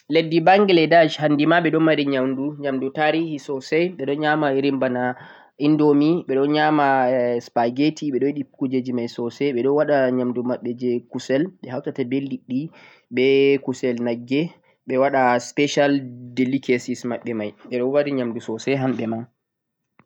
leddi Bangladesh handi ma ɓe ɗo mari nyamdu tarihi sosai, ɓe ɗon nyama irin bana indomie, ɓeɗo nyama supperggetti ɓeɗo yiɗi irin kujeji mai sosai, ɓe ɗo waɗa nyamdu maɓɓe je kusel, ɓe hautata be liɗɗi, be kusel nagge, ɓe waɗa special delicacies maɓɓe mai, ɓe ɗo waɗi nyamduji maɓɓe mai sosai hamɓe ma.